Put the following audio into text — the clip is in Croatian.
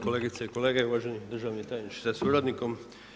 Kolegice i kolege, uvaženi državni tajniče sa suradnikom.